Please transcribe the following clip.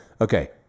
Okay